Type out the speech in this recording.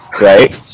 right